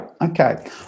okay